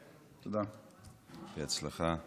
בהצלחה.